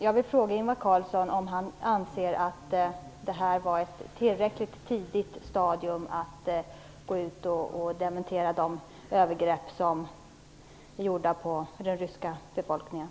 Jag vill fråga Ingvar Carlsson om han anser att detta var ett tillräckligt tidigt stadium att gå ut och dementera de övergrepp som är gjorda på den ryska befolkningen.